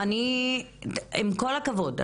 עם כל הכבוד,